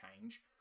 change